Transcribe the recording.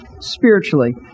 Spiritually